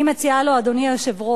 אני מציעה לו, אדוני היושב-ראש,